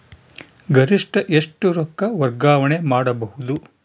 ಗರಿಷ್ಠ ಎಷ್ಟು ರೊಕ್ಕ ವರ್ಗಾವಣೆ ಮಾಡಬಹುದು?